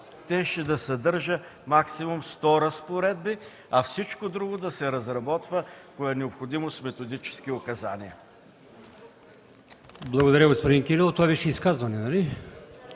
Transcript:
Щеше да съдържа максимум 100 разпоредби, а всичко друго да се разработва, ако е необходимо, с методически указания.